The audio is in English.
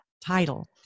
title